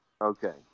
Okay